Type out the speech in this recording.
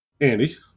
Andy